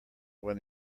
when